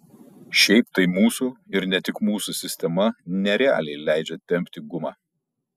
šiaip tai mūsų ir ne tik mūsų sistema nerealiai leidžia tempti gumą